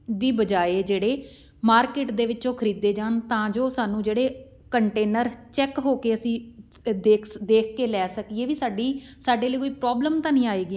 ਦੀ ਬਜਾਏ ਜਿਹੜੇ ਮਾਰਕੀਟ ਦੇ ਵਿੱਚੋਂ ਖਰੀਦੇ ਜਾਣ ਤਾਂ ਜੋ ਸਾਨੂੰ ਜਿਹੜੇ ਕੰਟੇਨਰ ਚੈੱਕ ਹੋ ਕੇ ਅਸੀਂ ਦੇਖ ਸ ਦੇਖ ਕੇ ਲੈ ਸਕੀਏ ਵੀ ਸਾਡੀ ਸਾਡੇ ਲਈ ਕੋਈ ਪ੍ਰੋਬਲਮ ਤਾਂ ਨਹੀਂ ਆਏਗੀ